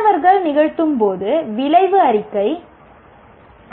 மாணவர்கள் நிகழ்த்தும்போது விளைவு அறிக்கை